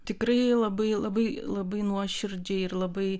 tikrai labai labai labai nuoširdžiai ir labai